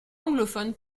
anglophone